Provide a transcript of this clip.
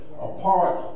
apart